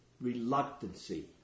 reluctancy